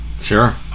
Sure